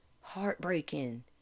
heartbreaking